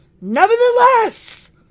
Nevertheless